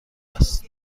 است